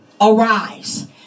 arise